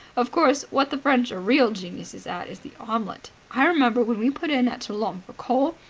of course, what the french are real geniuses at is the omelet. i remember, when we put in at toulon for coal,